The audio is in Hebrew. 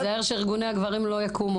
תיזהר שארגוני הגברים לא יקומו עליך.